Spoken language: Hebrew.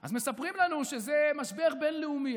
אז מספרים לנו שזה משבר בין-לאומי.